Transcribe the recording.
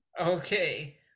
Okay